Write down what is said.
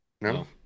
No